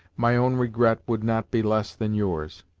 my own regret would not be less than yours.